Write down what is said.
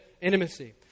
Intimacy